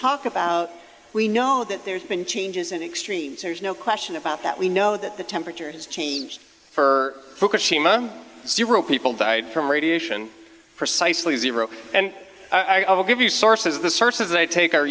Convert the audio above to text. talk about we know that there's been changes in extremes there's no question about that we know that the temperature has changed for zero people died from radiation precisely zero and i will give you sources the sources they take